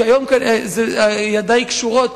כי היום ידי קשורות,